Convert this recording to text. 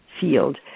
field